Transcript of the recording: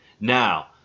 Now